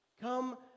Come